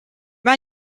man